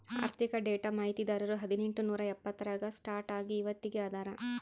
ಆರ್ಥಿಕ ಡೇಟಾ ಮಾಹಿತಿದಾರರು ಹದಿನೆಂಟು ನೂರಾ ಎಪ್ಪತ್ತರಾಗ ಸ್ಟಾರ್ಟ್ ಆಗಿ ಇವತ್ತಗೀ ಅದಾರ